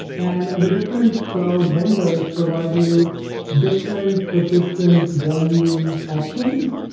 and the different cloud vendors provide you different assistant volume options.